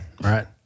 right